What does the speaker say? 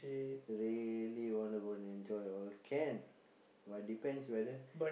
really want to go and enjoy all can but depends whether